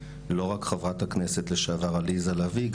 לא רק חברת הכנסת לשעבר עליזה לביא.